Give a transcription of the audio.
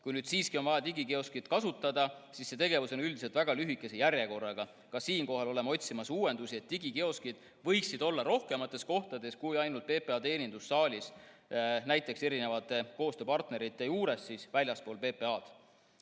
Kui siiski on vaja digikioskit kasutada, siis seal on üldiselt väga lühike järjekord. Ka siin oleme otsimas uuendusi, et digikioskid võiksid olla rohkemates kohtades kui ainult PPA teenindussaalis, näiteks erinevate koostööpartnerite juures väljaspool PPA‑d.